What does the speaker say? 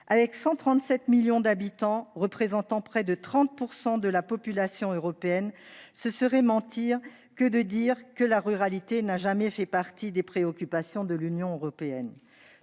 137 millions d'habitants qui représentant près de 30 % de la population européenne, ce serait mentir que de dire qu'elle n'a jamais fait partie des préoccupations de l'Union européenne.